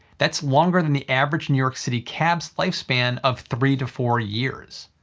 that's longer than the average new york city cabs lifespan of three to four years.